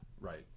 Right